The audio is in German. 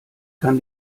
kann